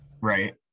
Right